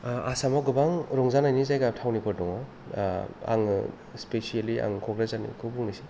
आसामाव गोबां रंजानायनि जायगा थावनिफोर दङ आङो स्पेसियेलि आं क'क्राझारनिखौ बुंनोसै